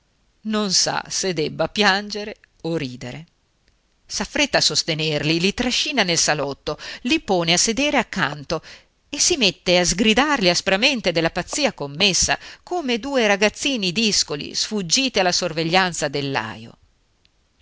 non sa se debba piangere o ridere s'affretta a sostenerli li trascina nel salotto li pone a sedere accanto e si mette a sgridarli aspramente della pazzia commessa come due ragazzini discoli sfuggiti alla sorveglianza